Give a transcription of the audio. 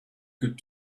could